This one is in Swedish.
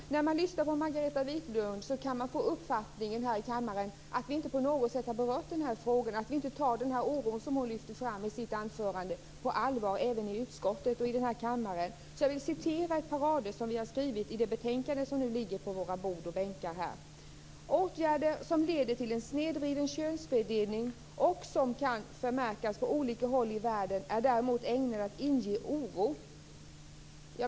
Fru talman! När man lyssnar på Margareta Viklund här i kammaren kan man få uppfattningen att vi inte på något sätt har berört frågan och att vi inte tar den oro som hon lyfter fram i sitt anförande på allvar även i utskottet och i kammaren. Jag vill citera ett par rader som vi har skrivit i det betänkande som nu ligger på våra bänkar: "Åtgärder som leder till en snedvriden könsfördelning, och som kan förmärkas på olika håll i världen är däremot ägnade att inge oro."